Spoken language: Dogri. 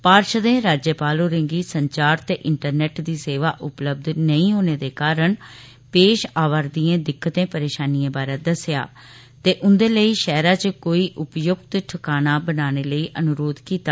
पाषर्दें राज्यपाल गी संचार ते इंटरनेंट दी सेवा उपलब्ध नेंई होने दे कारण पेश आवा रदियें दिक्कतें परेशानियें बारै दस्सेया ते उन्दे लेई शैहरा च कोई उपयुक्त ठकाना बनाने लेई अन्रोध कीता